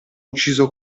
ucciso